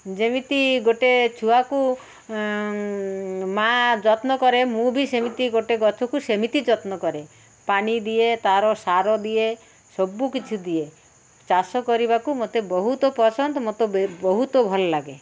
ଯେମିତି ଗୋଟେ ଛୁଆକୁ ମା ଯତ୍ନ କରେ ମୁଁ ବି ସେମିତି ଗୋଟେ ଗଛକୁ ସେମିତି ଯତ୍ନ କରେ ପାଣି ଦିଏ ତା'ର ସାର ଦିଏ ସବୁକିଛି ଦିଏ ଚାଷ କରିବାକୁ ମୋତେ ବହୁତ ପସନ୍ଦ ମୋତେ ବହୁତ ଭଲ ଲାଗେ